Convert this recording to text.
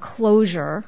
closure